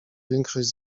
większość